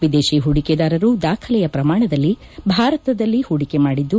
ವಿದೇಶಿ ಹೂಡಿಕೆದಾರರು ದಾಖಲೆಯ ಪ್ರಮಾಣದಲ್ಲಿ ಭಾರತದಲ್ಲಿ ಹೂಡಿಕೆ ಮಾಡಿದ್ದು